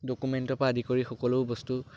ডকুমেণ্টৰ পৰা আদি কৰি সকলো বস্তু